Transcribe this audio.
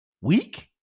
Week